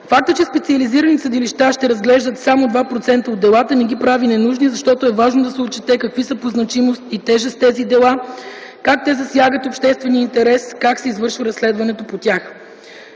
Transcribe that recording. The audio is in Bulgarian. Фактът, че специализираните съдилища ще разглеждат само 2% от делата не ги прави ненужни, защото е важно да се отчете какви са по значимост и тежест тези дела, как те засягат обществения интерес, как се извършва разследването по тях.